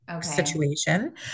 Situation